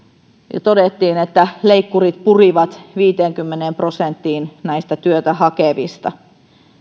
niin todettiin että leikkurit purivat viiteenkymmeneen prosenttiin työtä hakevista